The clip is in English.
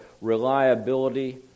reliability